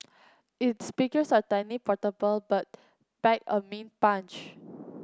its speakers are tiny portable but pack a mean punch